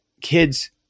kids